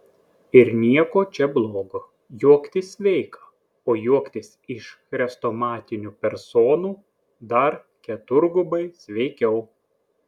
ir nieko čia blogo juoktis sveika o juoktis iš chrestomatinių personų dar keturgubai sveikiau